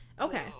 Okay